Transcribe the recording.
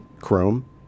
Chrome